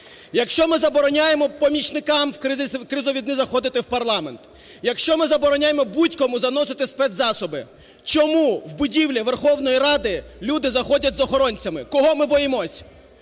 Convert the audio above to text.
якщо ми забороняємо помічникам в кризові дні заходити в парламент, якщо ми забороняємо будь-кому заносити спецзасоби, чому в будівлі Верховної Ради люди заходять з охоронцями? Кого ми боїмось?